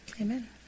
Amen